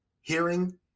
hearing